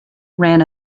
ran